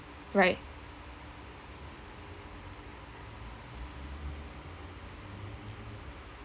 right